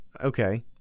Okay